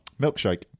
Milkshake